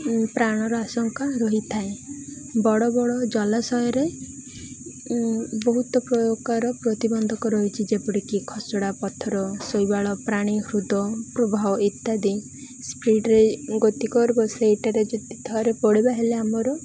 ପ୍ରାଣର ଆଶଙ୍କା ରହିଥାଏ ବଡ଼ ବଡ଼ ଜଳାଶୟରେ ବହୁତ ପ୍ରକାର ପ୍ରତିବନ୍ଧକ ରହିଛି ଯେପରିକି ଖସଡ଼ା ପଥର ଶୈବାଳ ପ୍ରାଣୀ ହ୍ରଦ ପ୍ରବାହ ଇତ୍ୟାଦି ସ୍ପ୍ରିଡ଼ରେ ଗତି କରିବ ସେଇଟାରେ ଯଦି ଥରେ ପଡ଼ିବା ହେଲେ ଆମର